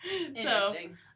Interesting